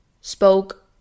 spoke